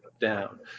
down